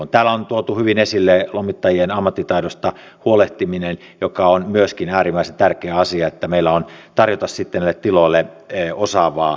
täällä on tuotu hyvin esille lomittajien ammattitaidosta huolehtiminen joka on myöskin äärimmäisen tärkeä asia että meillä on tarjota sitten näille tiloille osaavaa väkeä